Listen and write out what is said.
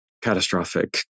catastrophic